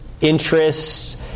interests